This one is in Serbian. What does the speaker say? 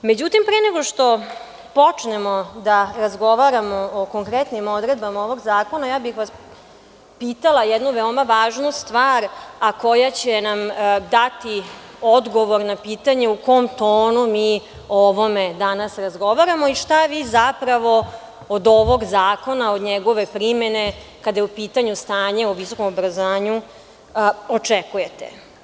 Pre nego što počnemo da razgovaramo o konkretnim odredbama ovog zakona, pitala bih vas jednu veoma važnu stvar, a koja će nam dati odgovor na pitanje u kom tonu mi o ovome danas razgovaramo i šta vi zapravo od ovog zakona od ove primene, kada je u pitanju stanje u visokom obrazovanju, očekujete?